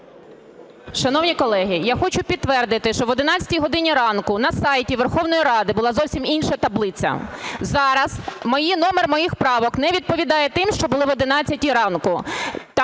Шановні колеги, я хочу підтвердити, що об 11 годині ранку на сайті Верховної Ради була зовсім інша таблиця. Зараз номер моїх правок не відповідає тим, що були об 11 ранку.